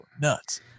nuts